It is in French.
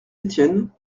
étienne